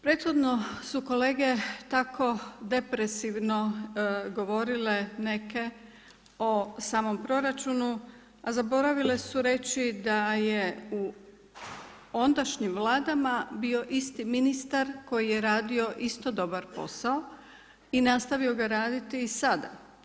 Prethodno su kolege tako depresivno govorile neke o samom proračunu, a zaboravile su reći da je u ondašnjim vladama bio isti ministar koji je radio isto dobar posao i nastavio ga raditi i sada.